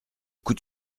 coup